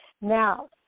Now